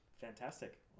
Fantastic